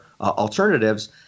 alternatives